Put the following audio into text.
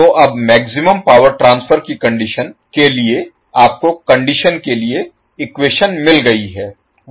तो अब maximum power transfer की कंडीशन के लिए आपको कंडीशन के लिए इक्वेशन मिल गई है